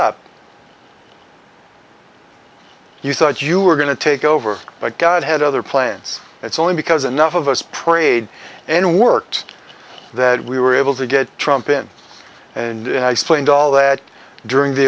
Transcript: up you thought you were going to take over but god had other plans it's only because enough of us prayed and worked that we were able to get trump in and play and all that during the